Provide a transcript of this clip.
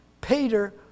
Peter